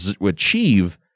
Achieve